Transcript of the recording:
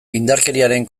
indarkeriaren